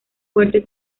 fuerte